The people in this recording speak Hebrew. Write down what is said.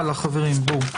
נמשיך.